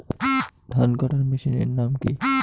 ধান কাটার মেশিনের নাম কি?